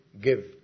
give